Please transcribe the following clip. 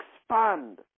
expand